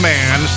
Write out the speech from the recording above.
Man